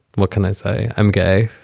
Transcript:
what can i say? i'm gay